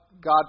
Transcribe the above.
God